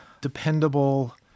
dependable